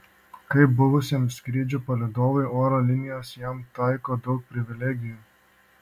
kaip buvusiam skrydžių palydovui oro linijos jam taiko daug privilegijų